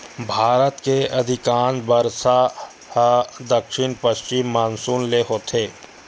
भारत के अधिकांस बरसा ह दक्छिन पस्चिम मानसून ले होथे